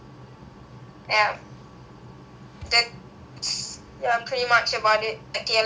ya that is pretty much about it like T_L_S history